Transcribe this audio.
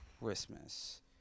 Christmas